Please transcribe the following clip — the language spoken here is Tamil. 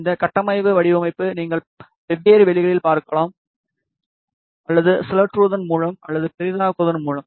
இந்த கட்டமைப்பு வடிவமைப்பை நீங்கள் வெவ்வேறு வழிகளில் பார்க்கலாம் அல்லது சுழற்றுவதன் மூலம் அல்லது பெரிதாக்குவதன் மூலம்